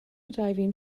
diving